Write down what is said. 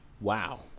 Wow